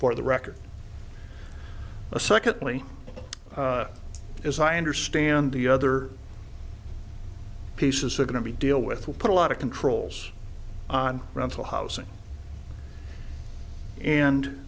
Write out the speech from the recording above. for the record a secondly as i understand the other pieces are going to be deal with will put a lot of controls on rental housing and